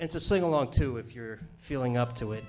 it's a sing along to if you're feeling up to it